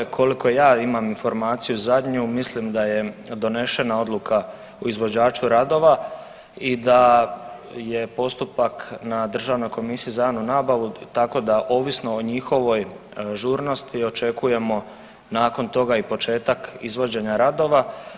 Koliko ja imam informaciju zadnju mislim da je donešena odluka o izvođaču radova i da je postupak na državnoj komisiji za javnu nabavu tako da ovisno o njihovoj žurnosti očekujemo nakon toga i početak izvođenja radova.